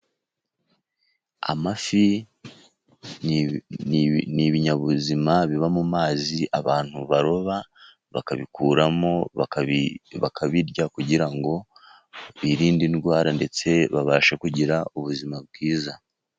Amafi ni ibinyabuzima biba mu mazi abantu baroba bakabikuramo bakabirya, kugira ngo birinde indwara ndetse babashe kugira ubuzima bwiza.